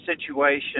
situation